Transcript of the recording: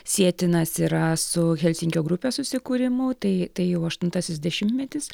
sietinas yra su helsinkio grupės susikūrimu tai tai jau aštuntasis dešimtmetis